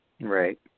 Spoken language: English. Right